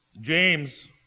James